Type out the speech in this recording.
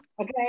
Okay